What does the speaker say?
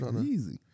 Easy